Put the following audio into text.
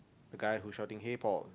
the guy who shouting hey Paul